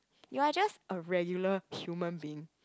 you are just a regular human being